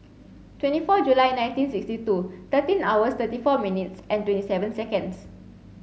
twenty four July nineteen sixty two thirteen hours thirty four minutes and twenty seven seconds